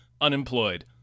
unemployed